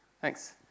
Thanks